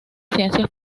ciencias